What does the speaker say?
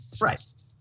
Right